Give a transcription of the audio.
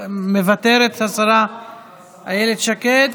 מוותרת, השרה אילת שקד?